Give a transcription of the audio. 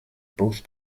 both